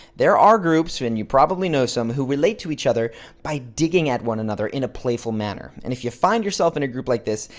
there are groups, and you probably know some, who relate to each other by digging at one another in a playful manner and if you find yourself in a group like this,